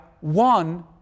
one